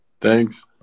Thanks